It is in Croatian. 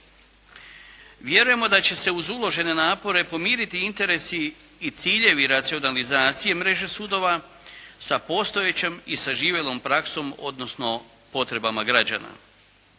Vjerujemo da će se uz uložene napore pomiriti interesi i ciljevi racionalizacije mreže sudova sa postojećom i saživjelom praksom, odnosno potrebama građana.